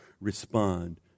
respond